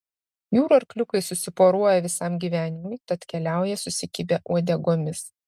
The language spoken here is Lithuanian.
jūrų arkliukai susiporuoja visam gyvenimui tad keliauja susikibę uodegomis